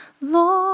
Lord